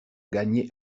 gagner